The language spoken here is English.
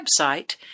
website